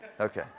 Okay